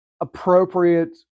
appropriate